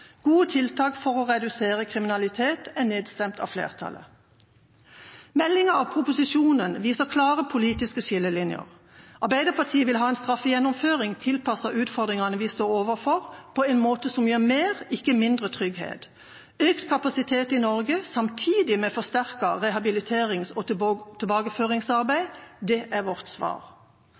Gode tiltak for å redusere kriminalitet er nedstemt av flertallet. Meldinga og proposisjonen viser klare politiske skillelinjer. Arbeiderpartiet vil ha en straffegjennomføring tilpasset de utfordringene vi står overfor, på en måte som gir mer, ikke mindre trygghet. Økt kapasitet i Norge, samtidig med forsterket rehabiliterings- og tilbakeføringsarbeid, er vårt svar.